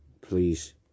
please